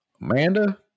Amanda